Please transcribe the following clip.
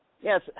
Yes